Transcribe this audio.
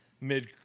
mid